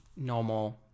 normal